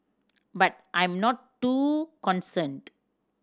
but I'm not too concerned